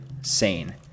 sane